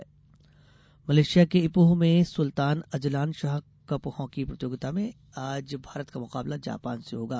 hockey Malaysia के Ipoh में Sultan Azlan Shah cup hockey प्रतियोगिता में आज भारत का मुकाबला जापान से होगा